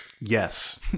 yes